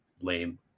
lame